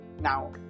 Now